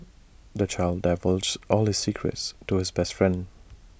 the child divulged all his secrets to his best friend